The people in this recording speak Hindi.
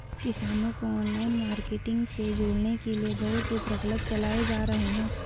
किसानों को ऑनलाइन मार्केटिंग से जोड़ने के लिए बहुत से प्रकल्प चलाए जा रहे हैं